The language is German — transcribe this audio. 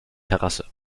terrasse